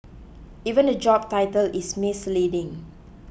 even the job title is misleading